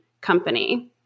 company